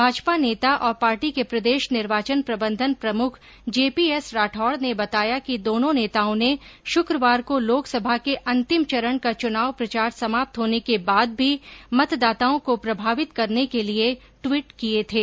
भाजपा नेता और पार्टी के प्रदेश निर्वाचन प्रबंधन प्रमुख जे पी एस राठौड़ ने बताया कि दोनों नेताओं ने शुक्रवार को लोकसभा के अंतिम चरण का चुनाव प्रचार समाप्त होने के बाद भी मतदाताओं को प्रभावित करने के लिए ट्वीट किए थे